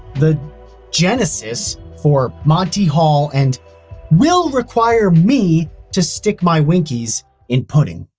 the genesis, for monty hall and will require me to stick my winkeys in pudding.